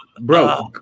bro